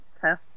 tough